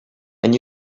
and